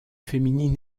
féminine